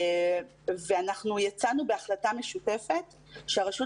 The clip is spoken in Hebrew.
ואנחנו יצאנו בהחלטה משותפת שהרשות